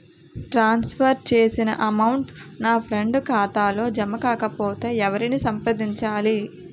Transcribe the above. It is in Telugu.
ట్రాన్స్ ఫర్ చేసిన అమౌంట్ నా ఫ్రెండ్ ఖాతాలో జమ కాకపొతే ఎవరిని సంప్రదించాలి?